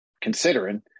considering